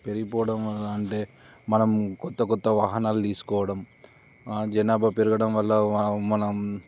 పెరిగిపోవడం అంటే మనం కొత్త కొత్త వాహనాలు తీసుకోవడం జనాభా పెరగడం వల్ల మనం